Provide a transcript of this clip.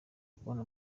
kubona